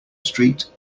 street